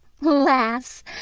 Lass